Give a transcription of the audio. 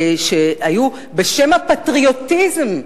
שהיו בשם הפטריוטיזם,